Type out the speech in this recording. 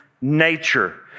nature